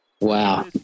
Wow